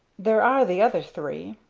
there are the other three.